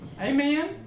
Amen